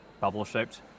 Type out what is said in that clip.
bubble-shaped